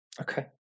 Okay